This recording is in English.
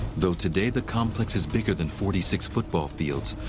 though today the complex is bigger than forty six football fields,